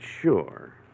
sure